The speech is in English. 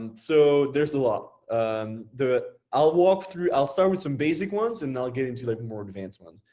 and so there's a lot um that i'll walk through. i'll start with some basic ones, and i'll get into like and more advanced ones.